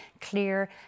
clear